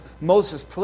Moses